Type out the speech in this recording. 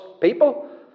people